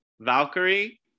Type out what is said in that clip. Valkyrie